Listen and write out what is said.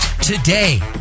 today